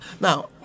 Now